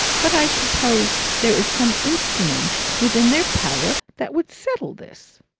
but i suppose there is some instrument within their power that would settle this?